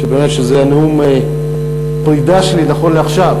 שזה נאום הפרידה שלי נכון לעכשיו